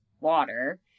water